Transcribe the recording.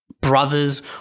brothers